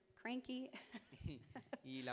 cranky